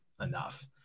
enough